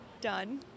done